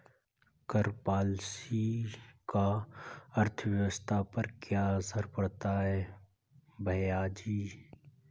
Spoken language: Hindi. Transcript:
कर पॉलिसी का अर्थव्यवस्था पर क्या असर पड़ता है, भैयाजी?